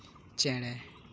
ᱪᱮᱬᱮ